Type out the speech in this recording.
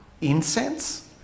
incense